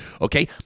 Okay